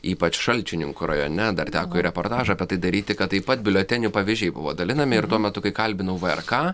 ypač šalčininkų rajone dar teko reportažą apie tai daryti kad taip pat biuletenių pavyzdžiai buvo dalinami ir tuo metu kai kalbinau vrk